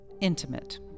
intimate